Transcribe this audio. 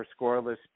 scoreless